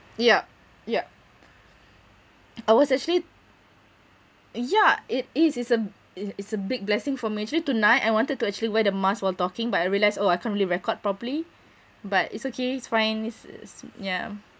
yup yup I was actually yeah it is it's a it it's a big blessing for me actually tonight I wanted to actually wear the mask while talking but I realised oh I can't really record properly but it's okay it's fine it's it's yeah